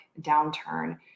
downturn